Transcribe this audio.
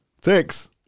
six